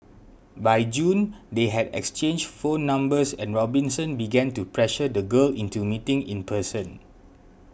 by June they had exchanged phone numbers and Robinson began to pressure the girl into meeting in person